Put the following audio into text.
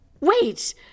Wait